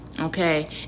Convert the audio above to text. Okay